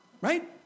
right